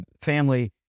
family